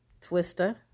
Twister